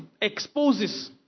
exposes